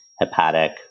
hepatic